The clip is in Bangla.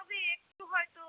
তবে একটু হয়তো